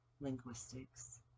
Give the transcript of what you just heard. Linguistics